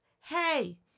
hey